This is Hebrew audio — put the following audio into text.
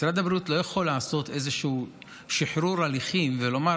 משרד הבריאות לא יכול לעשות איזשהו שחרור הליכים ולומר: